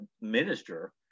minister